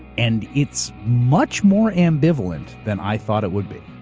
and it's much more ambivalent than i thought it would be.